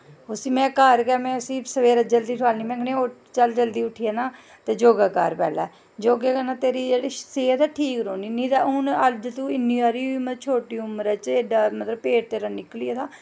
उस्सी में घर गै जल्दी ठोआलनी चल जल्दी उट्ठी जाना ते योगा कर पैह्लैं योगै कन्नै तेरी जेह्ड़ी सेह्त ठीक रौह्नी नेईं तां इन्नी हारी छोटी उमर च पेट तेरा निकली गेदा